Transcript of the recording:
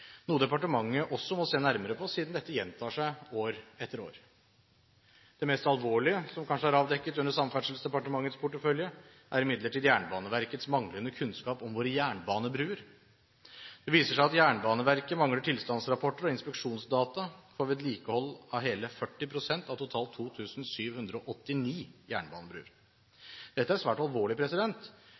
noe departementet også må se nærmere på, siden dette gjentar seg år etter år. Det kanskje mest alvorlige som er avdekket under Samferdselsdepartementets portefølje, er imidlertid Jernbaneverkets manglende kunnskap om våre jernbanebruer. Det viser seg at Jernbaneverket mangler tilstandsrapporter og inspeksjonsdata for vedlikehold av hele 40 pst. av totalt 2 789 jernbanebruer. Dette er svært alvorlig,